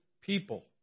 people